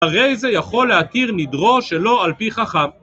הרי זה יכול לתכיר נדרו שלא על פי חכם